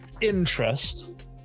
interest